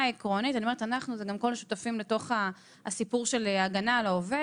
גם כל השותפים לסיפור של הגנה על העובד